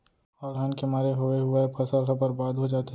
अलहन के मारे होवे हुवाए फसल ह बरबाद हो जाथे